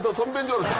the middle